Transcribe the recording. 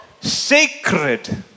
sacred